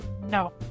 No